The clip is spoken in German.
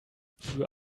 für